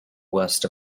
worst